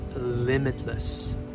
limitless